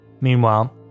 Meanwhile